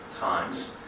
times